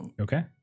Okay